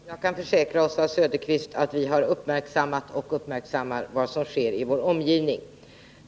Herr talman! Jag kan försäkra Oswald Söderqvist att vi har uppmärksammat och uppmärksammar vad som sker i vår omgivning.